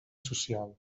social